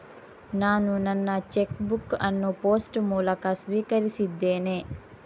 ನಾನು ನನ್ನ cheque book ಅನ್ನು ಪೋಸ್ಟ್ ಮೂಲಕ ಸ್ವೀಕರಿಸಿದ್ದೇನೆ